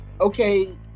Okay